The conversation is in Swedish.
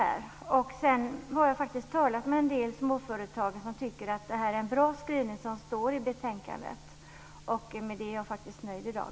Jag har talat med en del småföretagare som tycker att det är en bra skrivning i betänkandet. Med det är jag nöjd i dag.